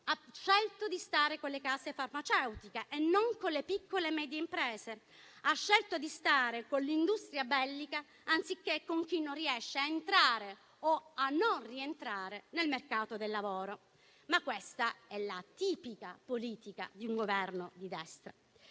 Ha scelto di stare con le case farmaceutiche e non con le piccole e medie imprese. Ha scelto di stare con l'industria bellica, anziché con chi non riesce a entrare, o rientrare nel mercato del lavoro, ma questa è la tipica politica di un Governo di destra.